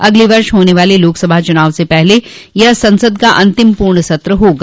अगले वर्ष होने वाले लोकसभा चुनाव से पहले यह संसद का अंतिम पूर्ण सत्र होगा